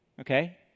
Okay